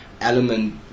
element